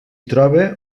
troba